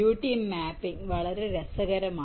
T mapping വളരെ രസകരമാണ്